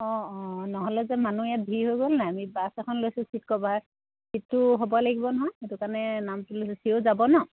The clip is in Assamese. অঁ অঁ নহ'লে যে মানুহ ইয়াত ভিৰ হৈ গ'ল নাই আমি বাছ এখন লৈছোঁ চিট ক'ৰবাত ছিটটো হ'ব লাগিব নহয় সেইটো কাৰণে নামটো লৈ থৈছোঁ চিওৰ যাব ন